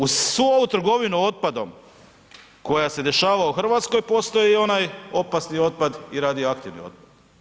Uz svu ovu trgovinu otpadom koja se dešava u RH, postoji i onaj opasni otpad i radioaktivni otpad.